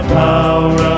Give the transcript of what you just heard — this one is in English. power